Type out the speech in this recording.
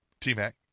T-Mac